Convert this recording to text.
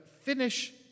finish